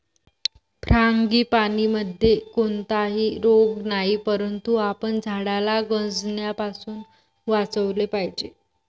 फ्रांगीपानीमध्ये कोणताही रोग नाही, परंतु आपण झाडाला गंजण्यापासून वाचवले पाहिजे